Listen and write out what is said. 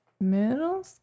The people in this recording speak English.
middle